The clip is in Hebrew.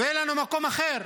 ואין לנו מקום אחר.